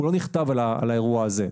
הוא לא נכתב על האירוע הזה.